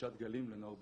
גלישת גלים לנוער בסיכון.